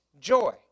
joy